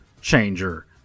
changer